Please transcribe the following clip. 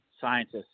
scientists